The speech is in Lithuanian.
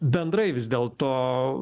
bendrai vis dėlto